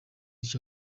icyo